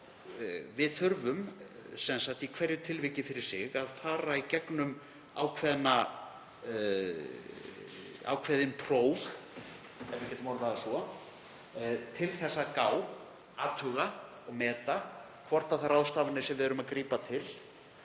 Við þurfum í hverju tilviki fyrir sig að fara í gegnum ákveðin próf, ef við getum orðað það svo, til að gá, athuga, meta hvort þær ráðstafanir sem við erum að grípa til